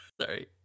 Sorry